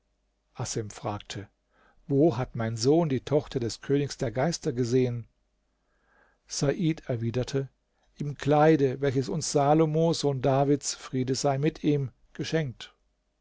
assem fragte wo hat mein sohn die tochter des königs der geister gesehen said erwiderte im kleide welches uns salomo sohn davids friede sei mit ihm geschenkt